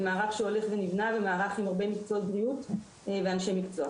מערך שהולך ונבנה ומערך עם אנשי מקצוע.